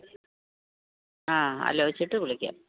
ആ ആലോചിച്ചിട്ട് വിളിക്കാം